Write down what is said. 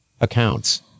Accounts